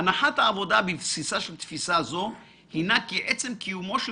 הנחת העבודה בבסיסה של תפישה זו הינה כי עצם קיומו של